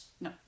no